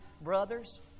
brothers